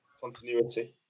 Continuity